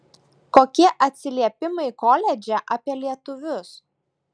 kokie atsiliepimai koledže apie lietuvius